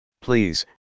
Please